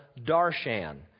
Darshan